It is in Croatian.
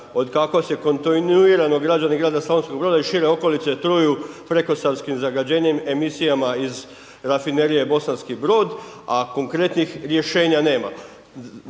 od kako se kontinuirano građani grada Slavonskog Broda i šire okolice, truju prekosavskim zagađenjem emisijama iz rafinerije Bosanski Brod, a konkretnih rješenja nema.